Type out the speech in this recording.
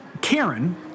Karen